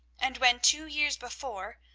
and when, two years before,